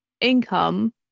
income